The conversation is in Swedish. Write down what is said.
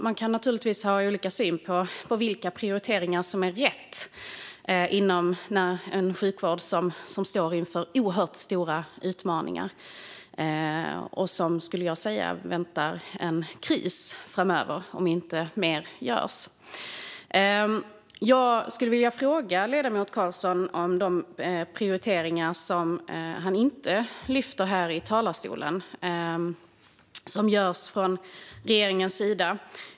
Man kan naturligtvis ha olika syn på vilka prioriteringar som är rätt när det gäller en sjukvård som står inför oerhört stora utmaningar och som, skulle jag säga, väntar en kris framöver om inte mer görs. Jag vill fråga ledamoten Carlsson om de prioriteringar som regeringen gör och som han inte lyfte upp i talarstolen.